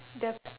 there